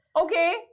Okay